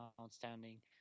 outstanding